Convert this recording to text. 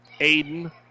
Aiden